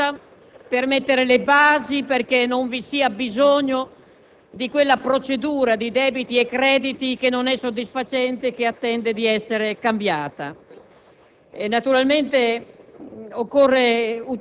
che anche la scelta per il tempo pieno è la premessa per mettere le basi perché non vi sia bisogno di quella procedura di debiti e crediti che non è soddisfacente e che attende di essere cambiata.